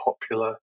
popular